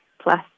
plus